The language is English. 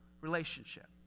relationship